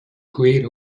create